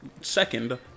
second